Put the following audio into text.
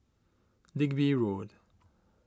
Digby Road